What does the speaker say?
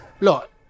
look